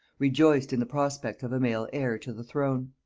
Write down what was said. rejoiced in the prospect of a male heir to the crown.